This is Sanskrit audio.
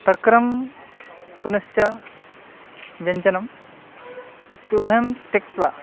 तक्रं पुनश्च व्यञ्जनम् इत्युभयं त्यक्त्वा